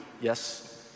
yes